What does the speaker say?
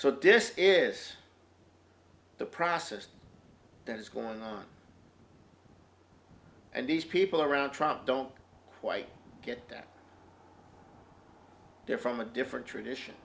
so this is the process that is going on and these people around trump don't quite get that they're from a different tradition